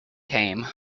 came